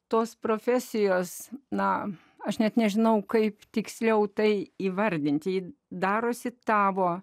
tos profesijos na aš net nežinau kaip tiksliau tai įvardinti darosi tavo